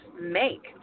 make